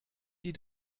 die